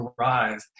arrive